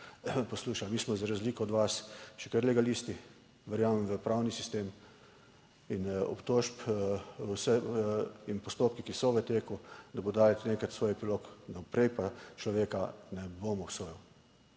poslušali. Mi smo za razliko od vas še kar legalisti, verjamem v pravni sistem in obtožb in postopki, ki so v teku, da bo dal enkrat svoj epilog, vnaprej pa človeka ne bom obsojal.